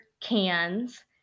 cans